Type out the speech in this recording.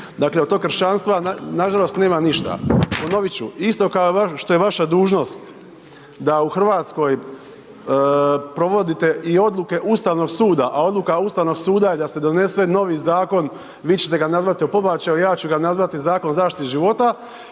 dakle od tog kršćanstva nažalost nema ništa. Ponovit ću, isto što je vaša dužnost da u Hrvatskoj provodite i odluke Ustavnog suda, a odluka Ustavnog suda je da se donese novi Zakon, vi ćete ga nazvati o pobačaju, ja ću ga nazvati zakon o zaštiti života